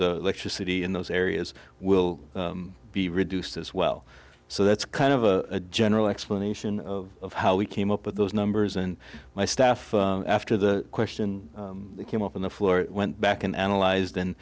the electricity in those areas will be reduced as well so that's kind of a general explanation of how we came up with those numbers and my staff after the question came up on the floor went back and analyzed and